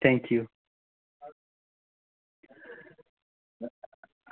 thank you